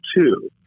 two